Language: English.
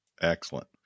Excellent